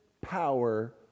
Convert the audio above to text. power